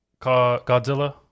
Godzilla